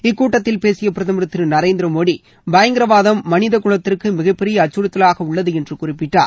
இக்கூட்டத்தில் பேசிய பிரதமர் திரு நரேந்திர மோடி பயங்கரவாதம் மனிதகலத்திற்கு மிகப்பெரிய அச்சுறுத்தலாக உள்ளது என்று குறிப்பிட்டார்